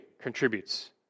contributes